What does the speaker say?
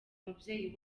umubyeyi